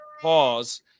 pause